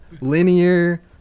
linear